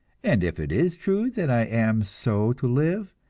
and if it is true that i am so to live,